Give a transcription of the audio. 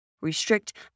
restrict